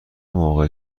موقع